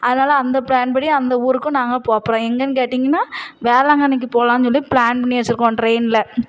அதனால அந்த ப்ளான் படி அந்த ஊருக்கும் நாங்கள் போக போகிறோம் எங்கேன்னு கேட்டீங்கன்னா வேளாங்கண்ணிக்கு போகலான்னு சொல்லி ப்ளான் பண்ணி வச்சுருக்கோம் ட்ரெயினில்